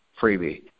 Freebie